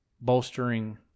bolstering